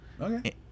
Okay